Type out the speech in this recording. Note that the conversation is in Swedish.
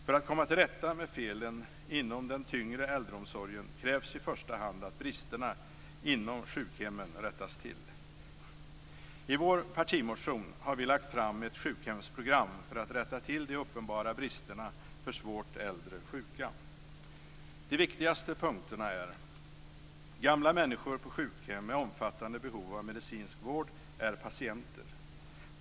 För att komma till rätta med felen inom den tyngre äldreomsorgen krävs i första hand att bristerna inom sjukhemmen rättas till. I vår partimotion har vi lagt fram ett sjukhemsprogram för att rätta till de uppenbara bristerna för svårt äldre sjuka. De viktigaste punkterna är: Gamla människor på sjukhem med omfattande behov av medicinsk vård är patienter.